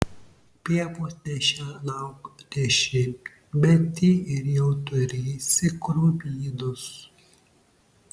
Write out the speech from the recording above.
pievos nešienauk dešimtmetį ir jau turėsi krūmynus